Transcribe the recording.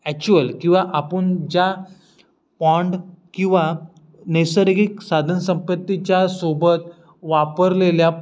actual किंवा आपण ज्या पाँड किंवा नैसर्गिक साधनसंपत्तीच्यासोबत वापरलेल्या